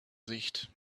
sicht